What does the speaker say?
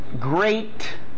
great